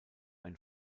ein